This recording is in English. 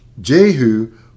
Jehu